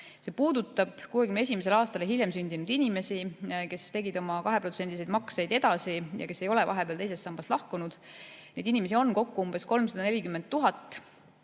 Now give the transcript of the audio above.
See puudutab 1961. aastal ja hiljem sündinud inimesi, kes tegid oma 2%‑seid makseid edasi ja kes ei ole vahepeal teisest sambast lahkunud. Neid inimesi on kokku umbes 340 000.